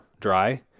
dry